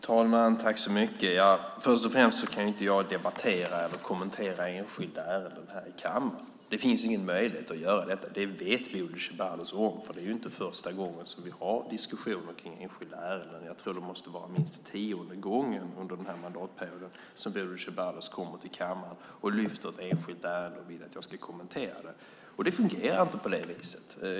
Fru talman! Först och främst kan jag inte debattera eller kommentera enskilda ärenden här i kammaren. Det finns ingen möjlighet att göra detta. Det vet Bodil Ceballos om, för det är inte första gången som vi har diskussioner kring enskilda ärenden. Jag tror att det måste vara minst tionde gången under denna mandatperiod som Bodil Ceballos kommer till kammaren och lyfter fram ett enskilt ärende och vill att jag ska kommentera det. Det fungerar inte på det viset.